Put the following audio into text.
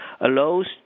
allows